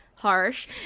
harsh